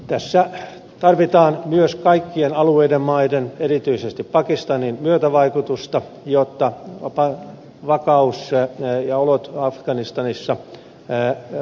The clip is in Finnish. tässä tarvitaan myös kaikkien alueiden maiden erityisesti pakistanin myötävaikutusta jotta vakaus ja olot afganistanissa paranisivat